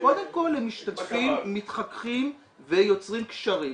קודם כל הם משתתפים, מתחככים ויוצרים קשרים.